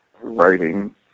writing